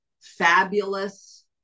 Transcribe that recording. fabulous